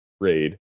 raid